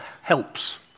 helps